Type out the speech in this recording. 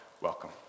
Welcome